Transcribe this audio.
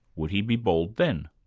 would he be bald then?